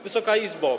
Wysoka Izbo!